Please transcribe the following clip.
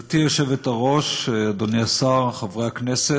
גברתי היושבת-ראש, אדוני השר, חברי הכנסת,